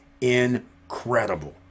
Incredible